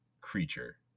creature